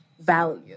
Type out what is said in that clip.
value